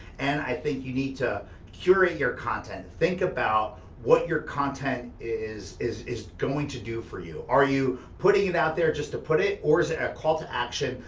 and i think you need to curate your content. think about what your content is is going to do for you. are you putting it out there just to put it, or is it a call to action,